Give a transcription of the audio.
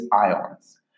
ions